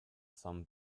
some